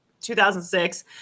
2006